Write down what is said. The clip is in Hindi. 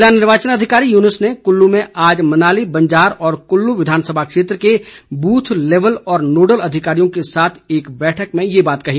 जिला निर्वाचन अधिकारी युनूस ने कुल्लू में आज मनाली बंजार और कुल्लू विधानसभा क्षेत्र के बूथ लेवल और नोडल अधिकारियों के साथ एक बैठक में ये बात कही